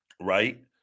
Right